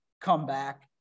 comeback